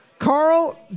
Carl